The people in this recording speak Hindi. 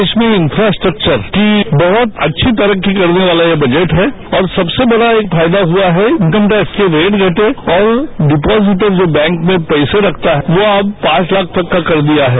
देश में इंफ्रास्ट्रक्वर की बहुत अच्छी तरक्की करने वाला यह बजट है और सबसे बड़ा एक फायदा हुआ है इनकम टैक्स के रेट घटे और डिपॉजिटर जो बैंक में पैसे रखता है वो अब पांच लाख तक का कर दिया है